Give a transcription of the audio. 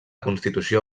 constitució